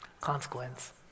consequence